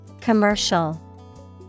Commercial